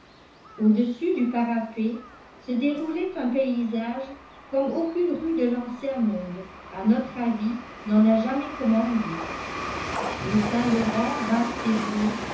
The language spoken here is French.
au-dessus du parapet se déroulait un paysage comme aucune rue de l'ancien monde à notre avis n'en a jamais commandé le saint-laurent vaste et bleu